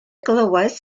glywais